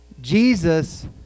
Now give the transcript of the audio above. Jesus